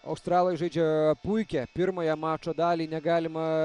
australai žaidžia puikią pirmąją mačo dalį negalima